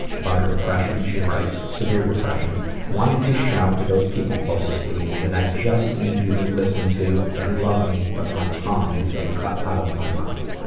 about her depression, she writes, severe depression wanting to shout to those people closest to me that i just need you to listen to and love me but my tongue has been cut out of my mouth.